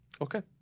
Okay